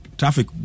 traffic